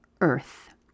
Earth